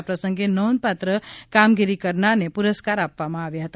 આ પ્રસંગે નોંધપાત્ર કામગીરી કરનારને પુરસ્કાર આપવામાં આવ્યા હતા